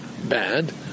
bad